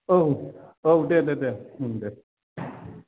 औ औ दे दे दे ओं दे